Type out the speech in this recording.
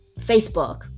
facebook